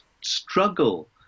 struggle